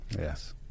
Yes